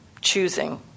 choosing